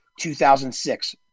2006